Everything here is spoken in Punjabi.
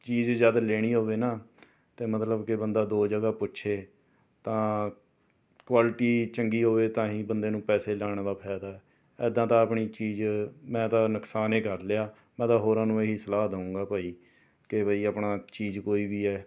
ਚੀਜ਼ ਜਦ ਲੈਣੀ ਹੋਵੇ ਨਾ ਅਤੇ ਮਤਲਬ ਕਿ ਬੰਦਾ ਦੋ ਜਗ੍ਹਾ ਪੁੱਛੇ ਤਾਂ ਕੁਆਲਿਟੀ ਚੰਗੀ ਹੋਵੇ ਤਾਂ ਹੀ ਬੰਦੇ ਨੂੰ ਪੈਸੇ ਲਾਉਣ ਦਾ ਫਾਇਦਾ ਹੈ ਇੱਦਾਂ ਤਾਂ ਆਪਣੀ ਚੀਜ਼ ਮੈਂ ਤਾਂ ਨੁਕਸਾਨ ਹੀ ਕਰ ਲਿਆ ਮੈਂ ਤਾਂ ਹੋਰਾਂ ਨੂੰ ਇਹੀ ਸਲਾਹ ਦਊਂਗਾ ਭਈ ਕਿ ਬਈ ਆਪਣਾ ਚੀਜ਼ ਕੋਈ ਵੀ ਹੈ